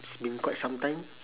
it's been quite some time